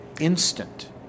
instant